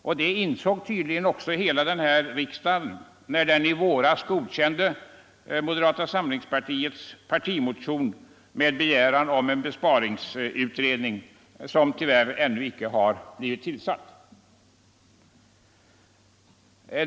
Och det insåg tydligen hela riksdagen när den i våras godkände moderata samlingspartiets partimotion med begäran om en besparingsutredning, som dock tyvärr ännu icke har blivit tillsatt.